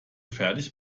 fertig